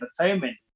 entertainment